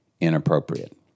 inappropriate